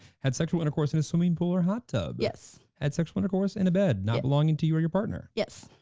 had sexual intercourse in a swimming pool or hot tub? yes. had sexual intercourse in a bed, not belonging to you or your partner? yes.